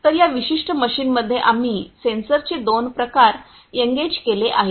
तर या विशिष्ट मशीनमध्ये आम्ही सेन्सरचे दोन प्रकार एंगेज केले आहेत